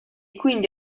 quindi